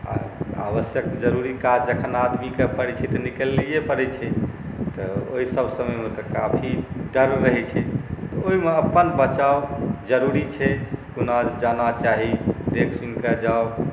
आवश्यक जरूरी काज जखन आदमीके पड़ै छै तऽ निकलैए पड़ै छै तऽ ओहिसब समयमे तऽ काफी डर रहै छै तऽ ओहिमे अपन बचाव जरूरी छै कोना जाना चाही देख सुनिकऽ जाउ